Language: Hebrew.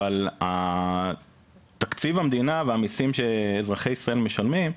אבל תקציב המדינה והמסים שאזרחי ישראל משלמים,